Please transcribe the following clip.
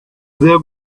there